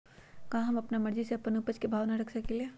का हम अपना मर्जी से अपना उपज के भाव न रख सकींले?